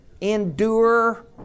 Endure